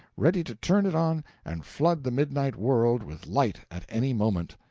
ready to turn it on and flood the midnight world with light at any moment.